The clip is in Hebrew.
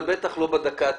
אבל בטח לא בדקה ה-90,